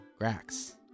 Grax